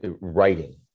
writing